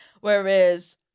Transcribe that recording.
Whereas